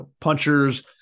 punchers